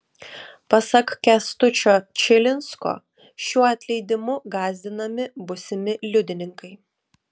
pasak kęstučio čilinsko šiuo atleidimu gąsdinami būsimi liudininkai